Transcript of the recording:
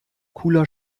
cooler